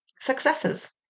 successes